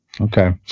okay